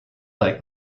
like